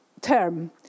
term